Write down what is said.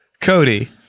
Cody